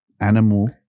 Animal